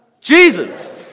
Jesus